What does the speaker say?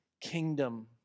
kingdom